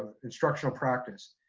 instructional practice.